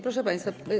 Proszę państwa.